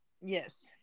yes